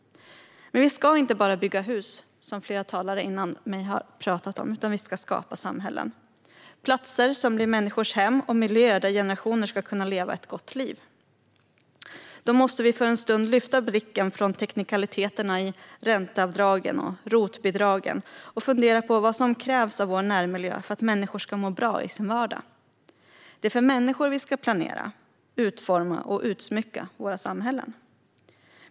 Men vi ska inte bara bygga hus - som flera talare före mig har varit inne på - utan vi ska skapa samhällen med platser som blir människors hem och miljöer där generationer ska kunna leva ett gott liv. Då måste vi för en stund lyfta blicken från teknikaliteterna i ränteavdragen och ROT-bidragen och fundera på vad som krävs av vår närmiljö för att människor ska må bra i sin vardag. Det är för människor vi ska planera, utforma och utsmycka våra samhällen.